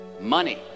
money